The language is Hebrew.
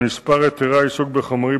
להבנתי יש בעיה לחדש את האישור השנה.